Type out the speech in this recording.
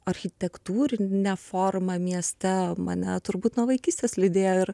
architektūrine forma mieste mane turbūt nuo vaikystės lydėjo ir